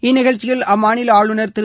இந்நிகழ்ச்சியில் அம்மாநில ஆளுநர் திரு